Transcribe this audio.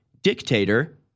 dictator